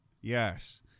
Yes